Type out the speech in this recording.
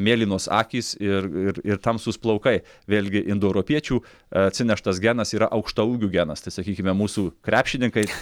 mėlynos akys ir ir ir tamsūs plaukai vėlgi indoeuropiečių atsineštas genas yra aukštaūgių genas tai sakykime mūsų krepšininkai